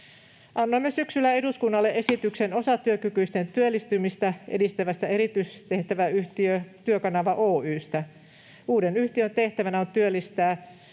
Annoimme syksyllä eduskunnalle esityksen osatyökykyisten työllistymistä edistävästä erityistehtäväyhtiö Työkanava Oy:stä. Uuden yhtiön tehtävänä on työllistää